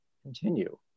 continue